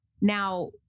Now